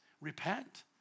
repent